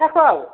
फिथाखौ